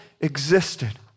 existed